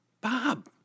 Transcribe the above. Bob